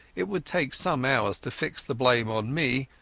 it would take some hours to fix the blame on me,